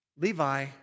Levi